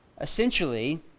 Essentially